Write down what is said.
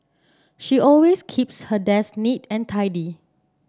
she always keeps her desk neat and tidy